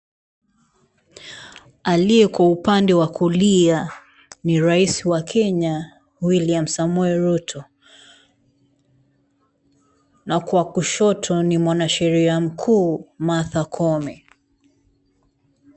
Aliye kwa upande wa kulia n𝑖 rais wa Kenya William Samoei Ruto na kwa kushoto ni mwanasheria mkuu Martha Koome.